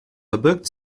verbirgt